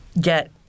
get